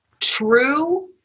True